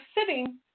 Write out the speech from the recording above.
sitting